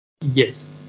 Yes